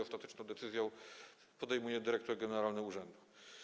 Ostateczną decyzję podejmuje dyrektor generalny urzędu.